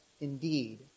indeed